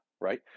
right